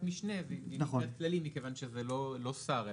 משנה והיא נקראת "כללים" מכיוון שזה לא שר,